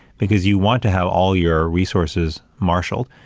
because you want to have all your resources marshaled,